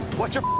what's your